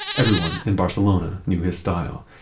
everyone in barcelona knew his style.